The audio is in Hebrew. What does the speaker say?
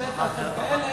מהשטח הן כאלה,